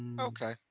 Okay